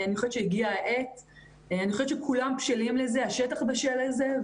אני חושבת שכולם בשלים לזה, השטח בשל לזה.